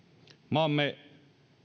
maamme